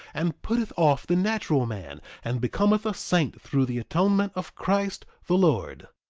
and putteth off the natural man and becometh a saint through the atonement of christ the lord,